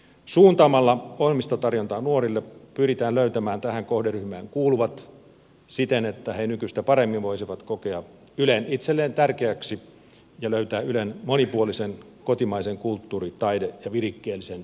suuntaamalla ohjelmistotarjontaa nuorille pyritään löytämään tähän kohderyhmään kuuluvat siten että he nykyistä paremmin voisivat kokea ylen itselleen tärkeäksi ja löytää ylen monipuolisen kotimaisen kulttuuri taide ja virikkeellisen viihdetarjonnan pariin